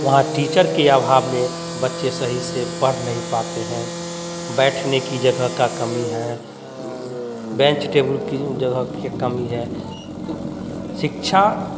वहाँ टीचर के अभाव में बच्चे सही से पढ़ नहीं पाते हैं बैठने की जगह का कमी है बेंच टेबुल की जगह की कमी तो शिक्षा